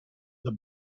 the